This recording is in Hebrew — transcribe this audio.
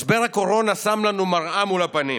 משבר הקורונה שם לנו מראה מול הפנים.